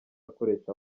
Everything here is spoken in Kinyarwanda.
akoresha